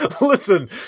listen